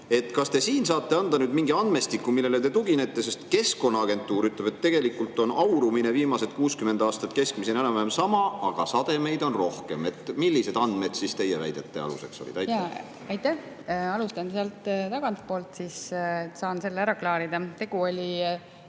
Kas te saate anda mingi andmestiku, millele te tuginete? Keskkonnaagentuur ütleb, et tegelikult on aurumine viimase 60 aasta keskmisena olnud enam-vähem sama, aga sademeid on rohkem. Millised andmed teie väidete aluseks olid? Aitäh! Alustan sealt tagantpoolt, siis saan selle ära klaarida. Tegu oli